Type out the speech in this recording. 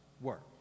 work